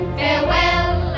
farewell